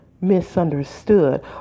misunderstood